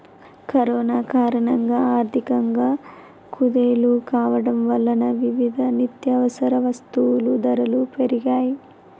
corona కారణంగా ఆర్థికంగా కుదేలు కావడం వలన వివిధ నిత్యవసర వస్తువుల ధరలు పెరిగాయ్